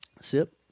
Sip